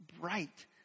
bright